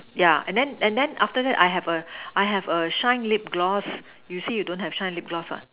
yeah and then and then after that I have a I have a shine lip gloss you say you don't have a shine lip gloss what